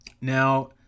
Now